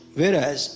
Whereas